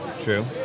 True